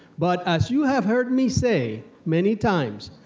but as you have heard me say many times,